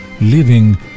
Living